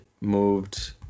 moved